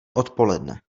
odpoledne